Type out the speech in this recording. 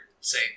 say